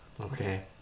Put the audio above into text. Okay